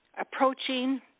approaching